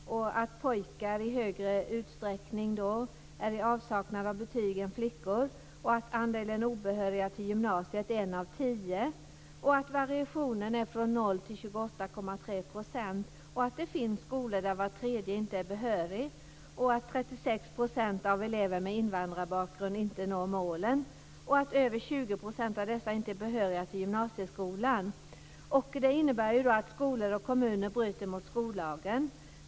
Pojkar är i större utsträckning i avsaknad av betyg än flickor. Andelen obehöriga till gymnasiet är en av tio. Variationen är från 0 % till 28,3 %. Det finns skolor där var tredje inte är behörig. 36 % av elever med invandrarbakgrund når inte målen. Över 20 % av dessa är inte behöriga till gymnasieskolan. Det innebär att skolor och kommuner bryter mot skollagen.